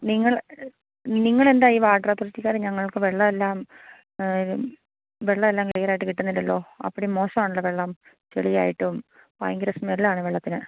നിങ്ങൾ നിങ്ങൾ എന്താണ് ഈ വാട്ടർ അതോറിറ്റിക്കാർ ഞങ്ങൾക്ക് വെള്ളമെല്ലാം വെള്ളമെല്ലാം ക്ലിയർ ആയിട്ട് കിട്ടുന്നില്ലല്ലോ അപ്പടി മോശമാണല്ലോ വെള്ളം ചെളി ആയിട്ടും ഭയങ്കര സ്മെൽ ആണ് വെള്ളത്തിന്